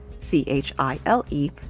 C-H-I-L-E